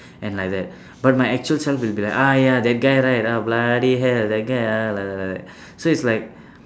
and like that but my actual self will be like !aiya! that guy right uh bloody hell that guy ah like like like so it's like